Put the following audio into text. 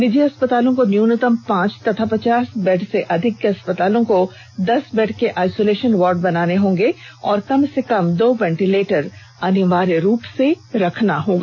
निजी अस्पतालों को न्यूनतम पांच तथा पचास बेड से अधिक के अस्पतालों को दस बेड के आईसोलेषन वार्ड बनाने होंगे और कम से कम दो वेलीटेलर अनिवार्य रूप से रखना होगा